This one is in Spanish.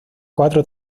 cuatro